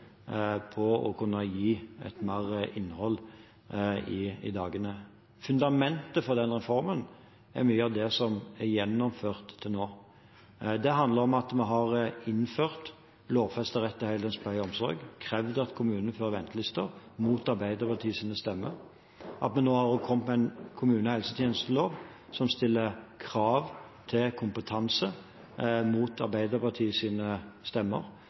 å kunne gi mer innhold i dagene. Fundamentet for den reformen er mye av det som er gjennomført til nå. Det handler om at vi har innført lovfestet rett til heldøgns pleie og omsorg, krevd at kommunene fører ventelister – mot Arbeiderpartiets stemmer. Vi har også kommet med en kommunal helsetjenestelov som stiller krav til kompetanse – mot Arbeiderpartiets stemmer.